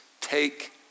take